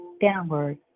downward